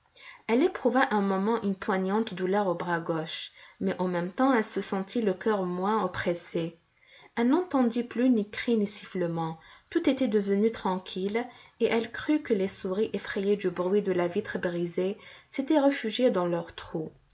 elle éprouva un moment une poignante douleur au bras gauche mais en même temps elle se sentit le cœur moins oppressé elle n'entendit plus ni cris ni sifflements tout était devenu tranquille et elle crut que les souris effrayées du bruit de la vitre brisée s'étaient réfugiées dans leurs trous